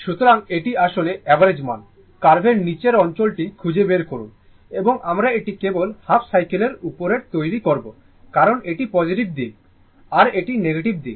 সুতরাং এটি আসলে অ্যাভারেজ মান কার্ভ এর নীচের অঞ্চলটি খুঁজে বের করুন এবং আমরা এটি কেবল হাফ সাইকেলের উপরে তৈরি করব কারণ এটি পজিটিভ দিক আর এটি নেগেটিভ দিক